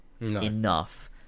enough